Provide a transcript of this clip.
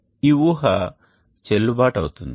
ఈ ఊహ చెల్లుబాటు అవుతుంది